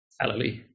Hallelujah